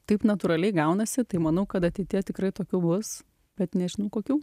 taip natūraliai gaunasi tai manau kad ateityje tikrai tokių bus bet nežinau kokių